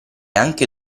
anche